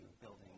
building